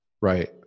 Right